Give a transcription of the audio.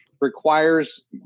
requires